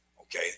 okay